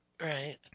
Right